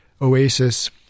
oasis